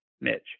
Mitch